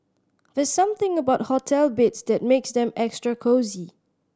there's something about hotel beds that makes them extra cosy